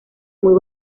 muy